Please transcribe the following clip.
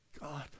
God